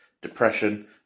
depression